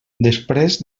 després